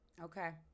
okay